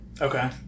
Okay